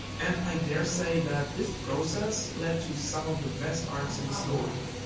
and i dare say, that this process led to some of the best arcs in the story.